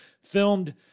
filmed